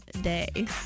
day